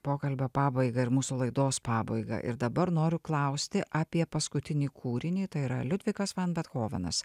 pokalbio pabaigą ir mūsų laidos pabaigą ir dabar noriu klausti apie paskutinį kūrinį tai yra liudvikas van bethovenas